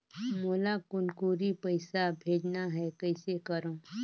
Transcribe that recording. मोला कुनकुरी पइसा भेजना हैं, कइसे करो?